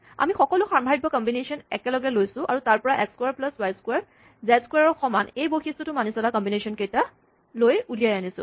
আমি সকলো সাম্ভাব্য কম্বিনেচন একেলগে লৈছো আৰু তাৰপৰা এক্স ক্সোৱাৰ প্লাছ ৱাই ক্সোৱাৰ জেড ক্সোৱাৰ ৰ সমান বৈশিষ্টটো মানি চলা কম্বিনেচন কেইটা লৈ উলিয়াই আনিছোঁ